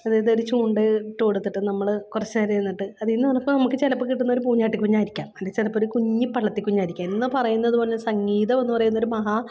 അതായത് ഒര് ചൂണ്ടയിട്ട് കൊടുത്തിട്ട് നമ്മള് കുറച്ചു നേരം ഇരുന്നിട്ട് അതീന്ന് നമുക്ക് ചിലപ്പോള് കിട്ടുന്നത് ഒരു പൂഞ്ഞാട്ടി കുഞ്ഞായിരിക്കാം അല്ലേ ചിലപ്പൊരു കുഞ്ഞ് പള്ളത്തി കുഞ്ഞായിരിക്കാം എന്ന് പറയുന്നത് പോലെ സംഗീതമെന്ന് പറയുന്നൊരു മഹാ